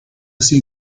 see